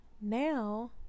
now